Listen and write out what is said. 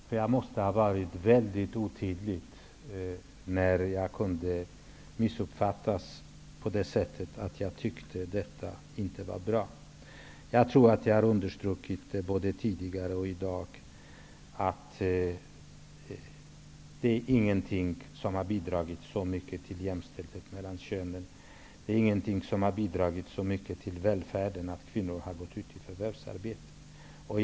Herr talman! Jag vill först tacka Maj-Inger Klingvall för vad hon sade inledningsvis om min inställning till kvinnors förvärvsarbete. Jag måste ha varit väldigt otydlig när jag kunde bli på det sättet missuppfattad att jag skulle tycka att detta inte var bra. Jag trodde att jag hade understrukit, både tidigare och i dag, att ingenting har bidragit så mycket till jämställdhet mellan könen och till välfärden som att kvinnor har gått ut i förvärvsarbete.